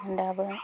दाबो